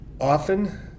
Often